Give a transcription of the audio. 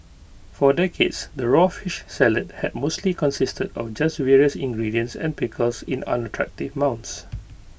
for decades the raw fish salad had mostly consisted of just various ingredients and pickles in unattractive mounds